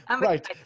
right